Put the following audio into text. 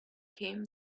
came